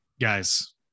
guys